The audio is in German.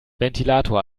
ventilator